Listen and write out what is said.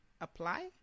Apply